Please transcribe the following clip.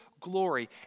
glory